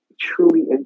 truly